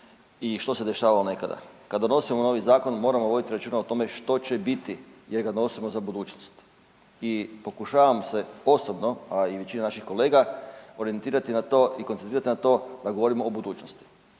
i što se dešavalo nekada. Kad donosimo novi zakon, moramo voditi računa o tome što će biti jer ga donosimo za budućnost i pokušavam se osobno, a i većina naših kolega orijentirati na to i koncentrirati na to da govorimo o budućnosti.